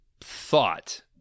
thought